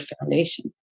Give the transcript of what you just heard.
foundation